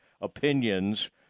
opinions